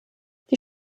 die